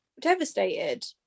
devastated